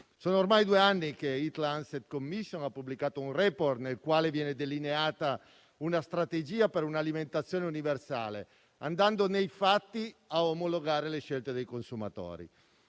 Sono ormai due anni che EAT-Lancet Commission ha pubblicato un *report* nel quale viene delineata una strategia per un'alimentazione universale, andando nei fatti a omologare le scelte dei consumatori.